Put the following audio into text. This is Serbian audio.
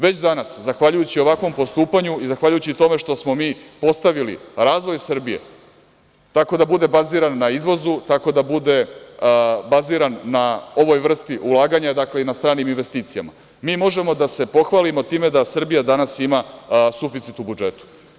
Već danas, zahvaljujući ovakvom postupanju i zahvaljujući tome što smo mi postavili razvoj Srbije tako da bude baziran na izvozu, tako da bude baziran na ovoj vrsti ulaganja, dakle, i na stranim investicijama, mi možemo da se pohvalimo time da Srbija danas ima suficit u budžetu.